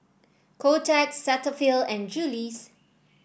Kotex Cetaphil and Julie's